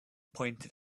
pointed